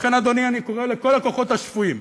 לכן, אדוני, אני קורא לכל הכוחות השפויים,